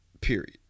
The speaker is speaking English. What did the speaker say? period